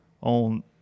on